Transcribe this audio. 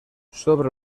sobre